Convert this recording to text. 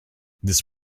this